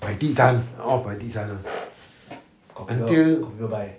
摆地摊 all 摆地摊 [one] until